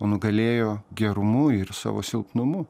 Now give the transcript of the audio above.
o nugalėjo gerumu ir savo silpnumu